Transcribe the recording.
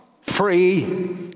free